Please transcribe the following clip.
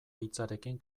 hitzarekin